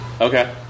Okay